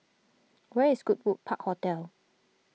where is Goodwood Park Hotel